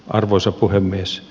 arvoisa puhemies